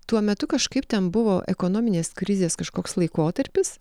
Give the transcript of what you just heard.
tuo metu kažkaip ten buvo ekonominės krizės kažkoks laikotarpis